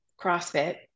CrossFit